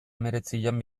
hemeretzian